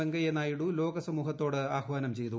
വെങ്കയ്യനായിഡു ലോക സമൂഹത്തോട് ആഹ്വാനം ചെയ്തു